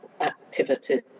activities